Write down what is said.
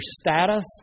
status